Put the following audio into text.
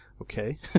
okay